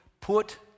put